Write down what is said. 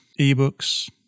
eBooks